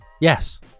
Yes